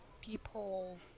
people